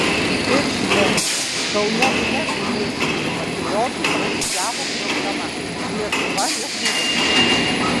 ir šventė kaune minia įniršusių patriotų pražygiavo kriokdama lietuva lietuviams